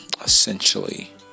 essentially